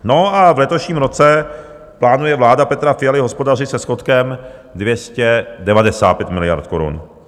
No a v letošním roce plánuje vláda Petra Fialy hospodařit se schodkem 295 miliard korun.